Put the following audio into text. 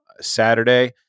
Saturday